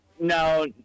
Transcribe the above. no